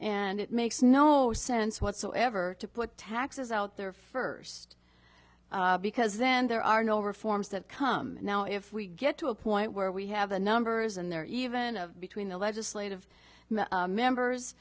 and it makes no sense whatsoever to put taxes out there first because then there are no reforms that come in now if we get to a point where we have the numbers and they're even of between the legislative members